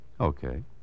Okay